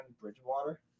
Bridgewater